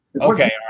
Okay